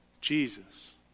Jesus